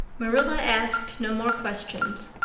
marilla asked no more questions.